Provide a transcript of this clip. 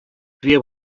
wir